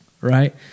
right